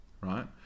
right